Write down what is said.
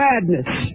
madness